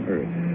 Earth